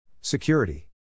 Security